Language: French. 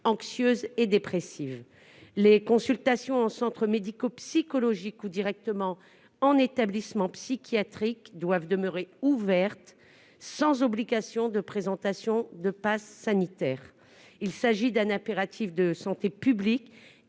anxieuses et dépressives. Les consultations en centre médico-psychologique ou directement en établissement psychiatrique doivent demeurer ouvertes sans obligation de présentation d'un passe sanitaire. Il s'agit d'un impératif de santé publique,